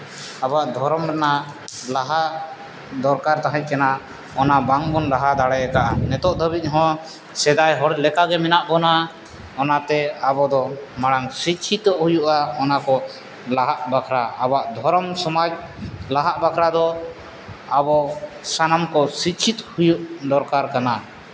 ᱟᱵᱚᱣᱟᱜ ᱫᱷᱚᱨᱚᱢ ᱨᱮᱱᱟᱜ ᱞᱟᱦᱟ ᱫᱚᱨᱠᱟᱨ ᱛᱟᱦᱮᱸ ᱠᱟᱱᱟ ᱚᱱᱟ ᱵᱟᱝ ᱵᱚᱱ ᱞᱟᱦᱟ ᱫᱟᱲᱮ ᱠᱟᱜᱼᱟ ᱱᱤᱛᱚᱜ ᱫᱷᱟᱹᱵᱤᱡ ᱦᱚᱸ ᱥᱮᱫᱟᱭ ᱦᱚᱲ ᱞᱮᱠᱟ ᱜᱮ ᱢᱮᱱᱟᱜ ᱵᱚᱱᱟ ᱚᱱᱟᱛᱮ ᱟᱵᱚ ᱫᱚ ᱢᱟᱲᱟᱝ ᱥᱤᱠᱠᱷᱤᱛᱚ ᱦᱩᱭᱩᱜᱼᱟ ᱚᱱᱟ ᱠᱚ ᱞᱟᱦᱟᱜ ᱵᱟᱠᱷᱨᱟ ᱟᱵᱚᱣᱟᱜ ᱫᱷᱚᱨᱚᱢ ᱥᱚᱢᱟᱡᱽ ᱞᱟᱦᱟᱜ ᱵᱟᱠᱷᱨᱟ ᱟᱵᱚ ᱥᱟᱱᱟᱢ ᱠᱚ ᱥᱤᱠᱠᱷᱤᱛᱚ ᱫᱚᱨᱠᱟᱨ ᱠᱟᱱᱟ